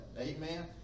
amen